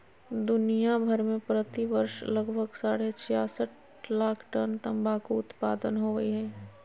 दुनिया भर में प्रति वर्ष लगभग साढ़े छियासठ लाख टन तंबाकू उत्पादन होवई हई,